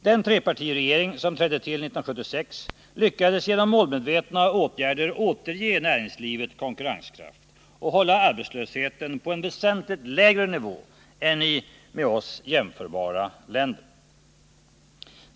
Den trepartiregering som trädde till 1976 lyckades genom målmedvetna åtgärder återge näringslivet konkurrenskraft och hålla arbetslösheten på en väsentligt lägre nivå än i med Sverige jämförbara länder.